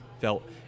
felt